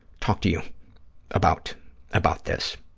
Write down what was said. talk to you about about this,